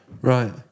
Right